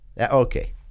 okay